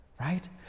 right